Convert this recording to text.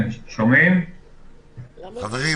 רבותי,